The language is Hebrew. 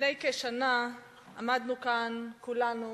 לפני כשנה עמדנו כאן כולנו